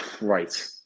right